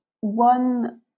One